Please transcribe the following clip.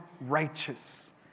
righteous